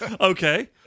Okay